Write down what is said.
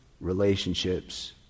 relationships